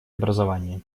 образование